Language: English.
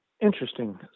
Interesting